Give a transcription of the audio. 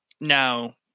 now